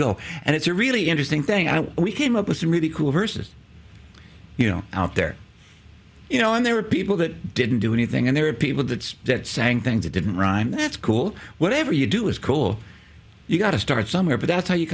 go and it's a really interesting thing i we came up with some really cool verses you know out there you know when there were people that didn't do anything and there are people that that sang things that didn't rhyme that's cool whatever you do is cool you got to start somewhere but that's how you